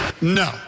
No